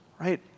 right